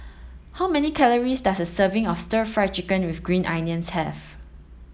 how many calories does a serving of stir fried chicken with ginger onions have